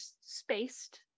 spaced